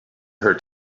her